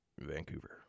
Vancouver